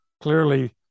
clearly